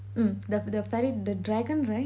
mm the the fairy the dragon ride